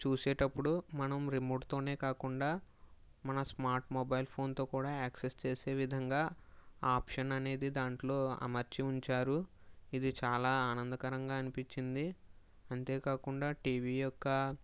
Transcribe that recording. చూసేటప్పుడు మనం రిమోట్ తోనే కాకుండా మన స్మార్ట్ మొబైల్ ఫోన్ తో కూడా యాక్సెస్ చేసే విధంగా ఆప్షన్ అనేది దాంట్లో అమర్చి ఉంచారు ఇది చాలా ఆనందకరంగా అనిపిచ్చింది అంతేకాకుండా టీవీ యొక్క